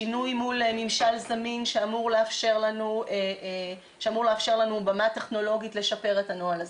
שינוי מול ממשל זמין שאמור לאפשר לנו במה טכנולוגית לשפר את הנוהל הזה.